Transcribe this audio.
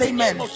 Amen